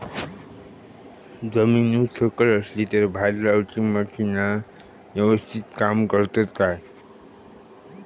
जमीन उच सकल असली तर भात लाऊची मशीना यवस्तीत काम करतत काय?